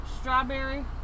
strawberry